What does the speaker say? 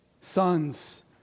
sons